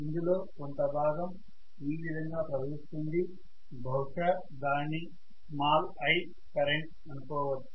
ఇందులో కొంత భాగం ఈ విధంగా ప్రవహిస్తుంది బహుశా దానిని i కరెంటు అనుకోవచ్చు